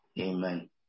Amen